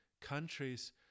countries